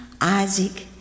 Isaac